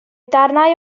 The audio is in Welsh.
darnau